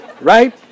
right